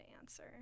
answer